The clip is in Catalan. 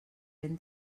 ben